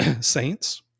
saints